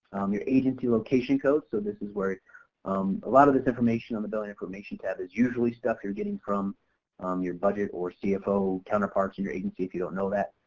your agency location code, so this where a um lot of this information on the billing information tab is usually stuff you're getting from um your budget or cfo counterparts in your agency if you don't know that.